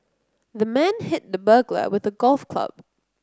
the man hit the burglar with a golf club